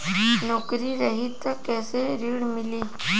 नौकरी रही त कैसे ऋण मिली?